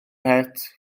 het